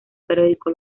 periódico